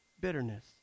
bitterness